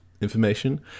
information